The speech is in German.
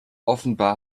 offenbar